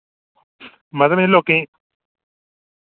मतलब इनें लोकें ई